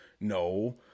No